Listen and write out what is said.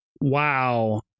Wow